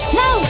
no